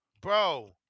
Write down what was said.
Bro